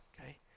okay